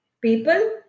people